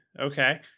Okay